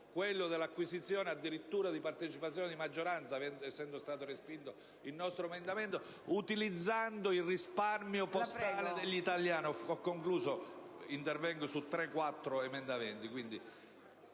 quello dell'acquisizione addirittura di partecipazioni di maggioranza (essendo stato respinto il nostro emendamento) utilizzando il risparmio postale degli italiani, non dimostri un'apertura, un ripensamento?